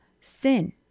sin